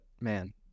man